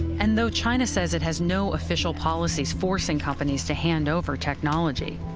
and though china says it has no official policies forcing companies to hand over technology,